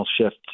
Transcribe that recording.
shift